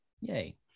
yay